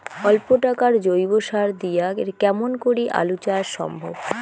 অল্প টাকার জৈব সার দিয়া কেমন করি আলু চাষ সম্ভব?